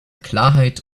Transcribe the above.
klarheit